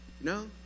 No